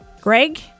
Greg